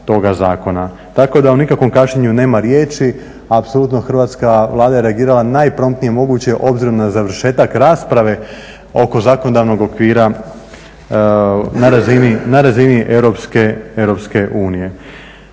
Tako da o nikakvom kašnjenju nema riječi, apsolutno Hrvatska vlada je reagirala najpromtnije moguće obzirom na završetak rasprave oko zakonodavnog okvira na razini EU. Ovaj